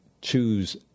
choose